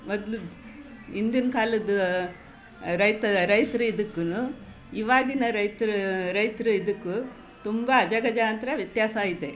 ಮೊದಲು ಹಿಂದಿನ ಕಾಲದ್ದು ರೈತ ರೈತ್ರು ಇದಕ್ಕೂನು ಇವಾಗಿನ ರೈತರ ರೈತರ ಇದಕ್ಕೂ ತುಂಬ ಅಜಗಜಾಂತರ ವ್ಯತ್ಯಾಸ ಐತೆ